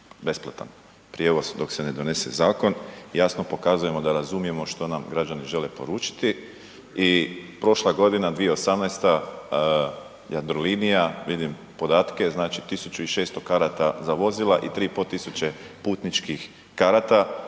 besplatan prijevoz dok se ne donese zakon, jasno pokazujemo da razumijemo što nam građani žele poručiti i prošla godina 2018. Jadrolinija, vidim podatke, znači 1600 karata za vozila i 3500 putničkih karata